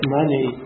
money